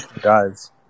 guys